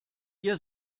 ihr